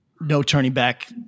no-turning-back